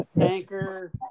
Anchor